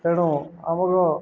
ତେଣୁ ଆମକୁ